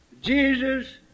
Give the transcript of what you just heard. Jesus